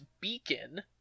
beacon